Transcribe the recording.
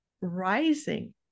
rising